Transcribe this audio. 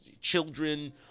children